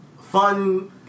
fun